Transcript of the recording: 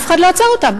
אף אחד לא עצר אותם,